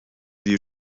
دیر